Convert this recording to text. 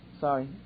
Sorry